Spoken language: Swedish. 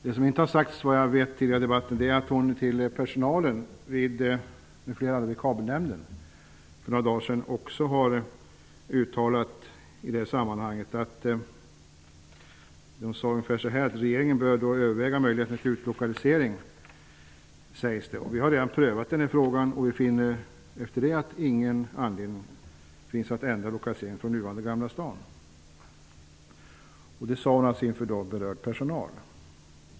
Det som inte sagt tidigare i debatten, vad jag vet, är att kulturministern för några dagar sedan till personalen vid nuvarande Kabelnämnden uttalat ungefär följande: Regeringen bör då överväga möjligheten till utlokalisering, sägs det. Vi har redan prövat denna fråga och vi finner ingen anledning att ändra den nuvarande lokaliseringen i Gamla stan. Detta sade hon inför berörd personal.